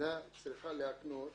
שהמדינה צריכה להקנות